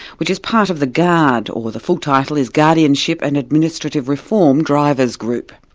which is part of the gard, or the full title is guardianship and administrative reform drivers' group.